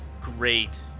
great